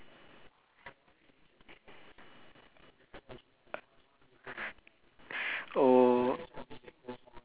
oh